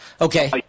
Okay